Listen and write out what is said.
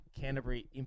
Canterbury